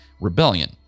Rebellion